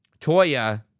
Toya